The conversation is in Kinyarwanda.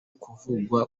kuvugwa